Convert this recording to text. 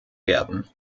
werden